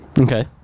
Okay